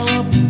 up